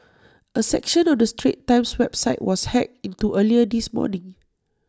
A section of the straits times website was hacked into earlier this morning